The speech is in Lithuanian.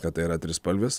kad tai yra trispalvės